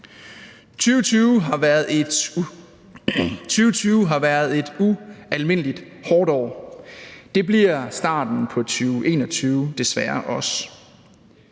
2020 har været et ualmindelig hårdt år. Det bliver starten på 2021 desværre også.